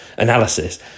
analysis